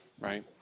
right